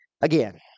again